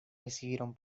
recibieron